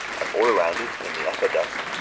and all round it, in the upper dusk,